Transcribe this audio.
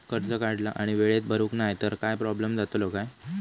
कर्ज काढला आणि वेळेत भरुक नाय तर काय प्रोब्लेम जातलो काय?